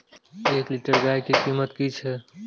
एक लीटर गाय के कीमत कि छै?